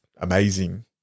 amazing